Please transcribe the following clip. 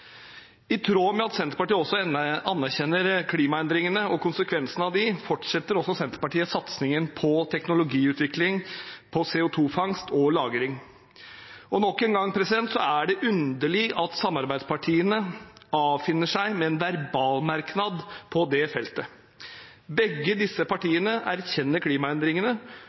I tråd med at Senterpartiet også anerkjenner klimaendringene og konsekvensene av dem, fortsetter også Senterpartiet satsingen på teknologiutvikling for CO 2 -fangst og -lagring. Og nok en gang er det underlig at samarbeidspartiene avfinner seg med en verbalmerknad på det feltet. Begge disse partiene erkjenner klimaendringene